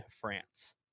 France